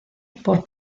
por